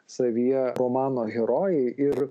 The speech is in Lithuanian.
savyje romano herojai ir